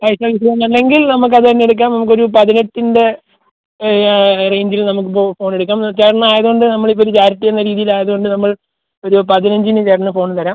phone അല്ലെങ്കിൽ നമുക്കത് തന്നെ എടുക്കാം നമുക്കൊരു പതിനെട്ടിൻ്റെ ആ റേഞ്ചിൽ നമുക്ക് ഇപ്പോൾ ഫോണ് എടുക്കാം ചേട്ടൻ ആയതുകൊണ്ട് നമ്മൾ ഇപ്പോൾ ഒരു ചാരിറ്റി എന്ന രീതിയിൽ ആയതുകൊണ്ട് നമ്മൾ ഒരു പതിനഞ്ചിന് ചേട്ടന് ഫോൺ തരാം